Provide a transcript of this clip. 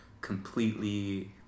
completely